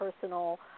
personal